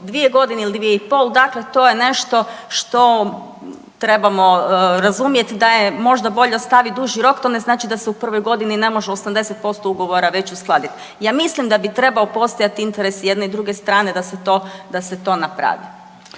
dvije godine ili dvije i pol, dakle to je nešto što trebamo razumjet da je možda bolje ostaviti duži rok, to ne znači da se u prvoj godini ne može 80% ugovora već uskladit. Ja mislim da bi trebao postojati interes jedne i druge strane da se to napravi.